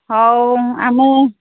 ହଉ ଆମେ